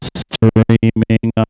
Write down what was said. streaming